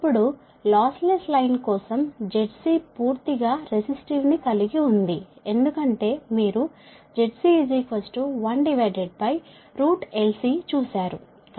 ఇప్పుడు lossless line కోసం Zc పూర్తిగా రెసిస్టివ్ ను కలిగి ఉంది ఎందుకంటే మీరు ZC1LC చూశారు